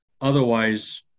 Otherwise